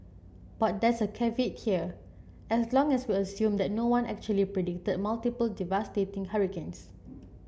but there's a caveat here as long as we assume that no one actually predicted multiple devastating hurricanes